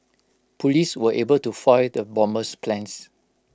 Police were able to foil the bomber's plans